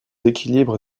équilibres